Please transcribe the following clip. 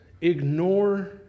ignore